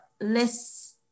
less